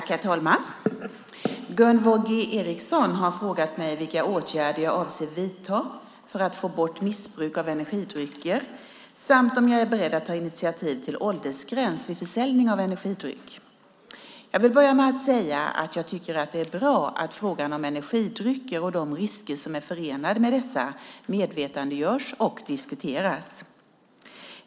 Herr talman! Gunvor G Ericson har frågat mig vilka åtgärder jag avser att vidta för att få bort missbruk av energidrycker samt om jag är beredd att ta initiativ till åldersgräns vid försäljning av energidryck. Jag vill börja med att säga att jag tycker att det är bra att frågan om energidrycker och de risker som är förenade med dessa medvetandegörs och diskuteras.